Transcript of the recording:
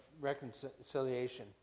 reconciliation